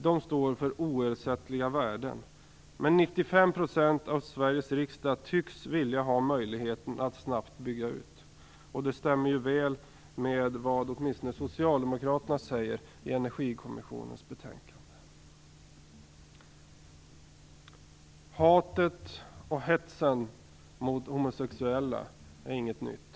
De står för oersättliga värden. Men 95 % av Sveriges riksdag tycks vilja ha möjlighet att snabbt bygga ut. Det stämmer väl överens med vad åtminstone Socialdemokraterna säger i Energikommissionens betänkande. Hatet och hetsen mot homosexuella är inget nytt.